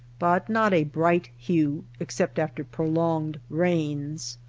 but not a bright hue, except after prolonged rains.